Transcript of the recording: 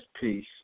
peace